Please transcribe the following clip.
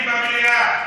אין מחבלים במליאה.